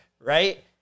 Right